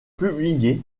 publié